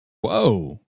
whoa